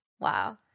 Wow